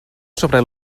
sobre